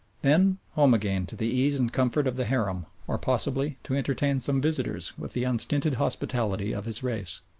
then home again to the ease and comfort of the harem, or possibly to entertain some visitors with the unstinted hospitality of his race.